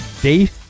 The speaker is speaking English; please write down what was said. date